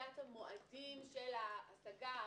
סוגיית המועדים של ההשגה,